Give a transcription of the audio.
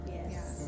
Yes